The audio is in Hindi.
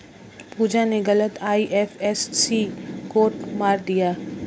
पूजा ने गलत आई.एफ.एस.सी कोड भर दिया